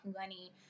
money